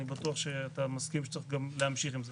אני בטוח שאתה מסכים שצריך גם להמשיך עם זה.